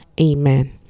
Amen